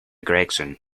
gregson